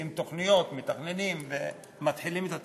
מוציאים תוכניות, מתכננים, מתחילים את התהליכים,